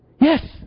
yes